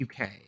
UK